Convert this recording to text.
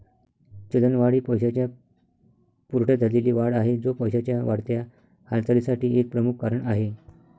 चलनवाढ ही पैशाच्या पुरवठ्यात झालेली वाढ आहे, जो पैशाच्या वाढत्या हालचालीसाठी एक प्रमुख कारण आहे